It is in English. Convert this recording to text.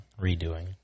redoing